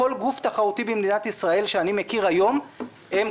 כל גוף תחרותי שאני מכיר היום במדינת ישראל,